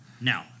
Now